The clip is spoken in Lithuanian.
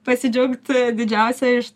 pasidžiaugt didžiausia iš